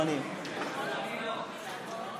לסגנים ליושב-ראש הכנסת נתקבלה.